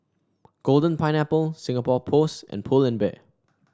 Golden Pineapple Singapore Post and Pull and Bear